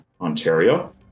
Ontario